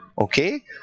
Okay